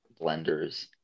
Blenders